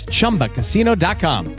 Chumbacasino.com